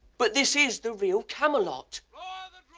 but this is the real camelot. ah